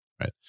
right